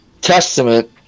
Testament